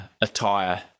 attire